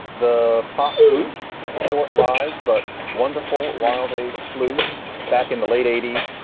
the pop group short lives, but wonderful while they flew back in the late eighty s,